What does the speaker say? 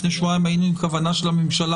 לפני שבועיים היינו עם כוונה של הממשלה